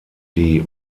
die